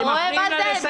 אתם מפריעים לה לסיים.